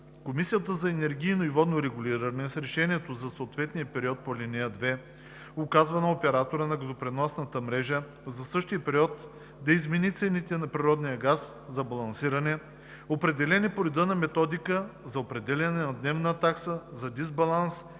Комисията за енергийно и водно регулиране с решението за съответния период по ал. 2 указва на оператора на газопреносната мрежа за същия период да измени цените на природния газ за балансиране, определени по реда на Методиката за определяне на дневна такса за дисбаланс и такса